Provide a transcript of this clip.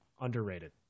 underrated